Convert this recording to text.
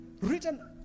written